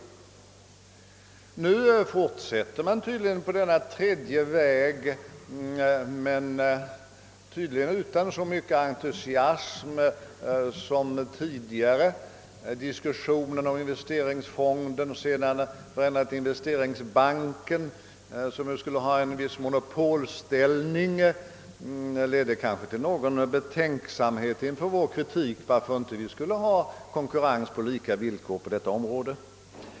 Nu fortsätter man tydligen på denna tredje väg men utan entusiasm, tycks det. Diskussionen om investeringsfonden och sedan bl a. om investeringsbanken som ju skulle ges en viss monopolställning ledde kanske till någon betänksamhet på grund av vår kritik, då vi frågade varför man inte skulle ha konkurrens på lika villkor på kapitalmarknaden.